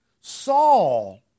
Saul